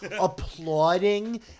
applauding